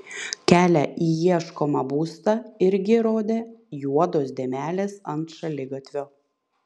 kelią į ieškomą būstą irgi rodė juodos dėmelės ant šaligatvio